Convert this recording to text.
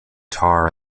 tar